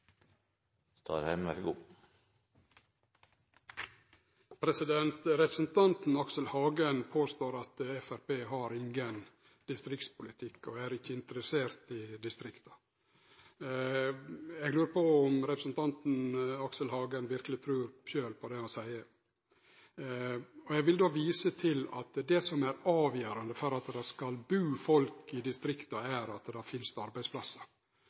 og som toppidrett. Representanten Aksel Hagen påstår at Framstegspartiet ikkje har nokon distriktspolitikk og ikkje er interessert i distrikta. Eg lurer på om representanten Aksel Hagen verkeleg sjølv trur på det han seier. Eg vil då vise til at det som er avgjerande for at det skal bu folk i distrikta, er at det finst arbeidsplassar.